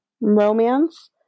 romance